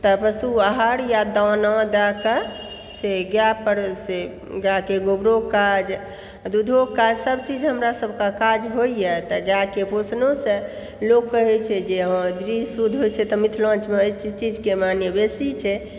तऽ पशु आहार या दाना दैके से गायपर से गायके गोबरो काज आओर दूधोके काज सब चीज हमरा सबके काज होइए तऽ गायके पोसनोसँ लोकके होइछै जे हँ गृह शुद्ध होइ छै तऽ मिथिलाञ्चलमे अय चीजके माने बेसी छै